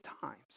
times